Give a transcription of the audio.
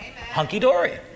hunky-dory